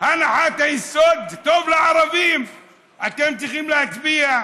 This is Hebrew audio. הנחת היסוד: זה טוב לערבים, אתם צריכים להצביע.